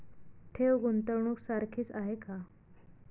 ठेव, गुंतवणूक सारखीच आहे का?